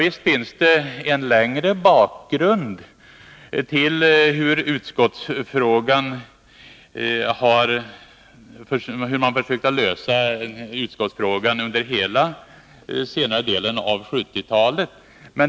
Visst diskuterade man under hela senare delen av 1970-talet problemet med utskottsrepresentationen.